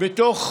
בתוך